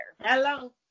Hello